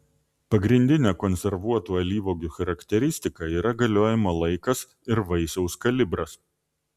pagrindinė konservuotų alyvuogių charakteristika yra galiojimo laikas ir vaisiaus kalibras